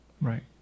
Right